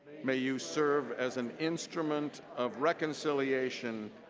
may you serve as an instrument of reconciliation,